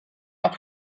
auch